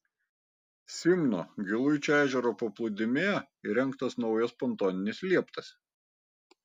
simno giluičio ežero paplūdimyje įrengtas naujas pontoninis lieptas